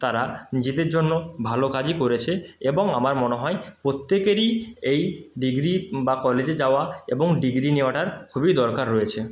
তারা নিজেদের জন্য ভালো কাজই করেছে এবং আমার মনে হয় প্রত্যেকেরই এই ডিগ্রি বা কলেজে যাওয়া এবং ডিগ্রি নেওয়াটার খুবই দরকার রয়েছে